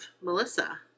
Melissa